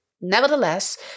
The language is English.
Nevertheless